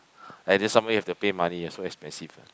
and this somewhere you have to pay money yeah so expensive ah